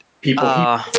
people